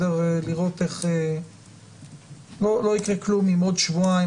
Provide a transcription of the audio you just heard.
לא יקרה כלום אם בעוד שבועיים,